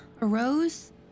arose